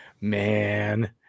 man